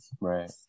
Right